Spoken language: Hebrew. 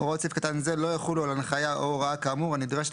הוראות סעיף קטן זה לא יחולו על הנחיה או הוראה כאמור הנדרשת